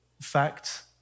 fact